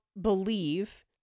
believe